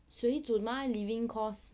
水准吗 living costs